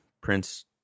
Prince